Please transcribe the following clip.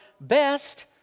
best